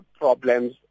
problems